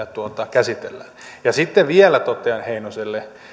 käsitellään ja sitten vielä totean heinoselle